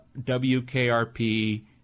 WKRP